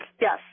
yes